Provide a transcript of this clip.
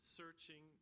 searching